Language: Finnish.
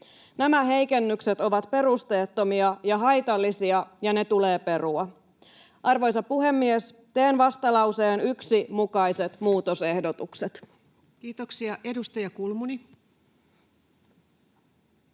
Nämä heikennykset ovat perusteettomia ja haitallisia, ja ne tulee perua. Arvoisa puhemies! Teen vastalauseen 1 mukaiset muutosehdotukset. Kiitoksia. — Edustaja Kulmuni.